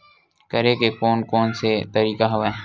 करे के कोन कोन से तरीका हवय?